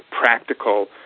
practical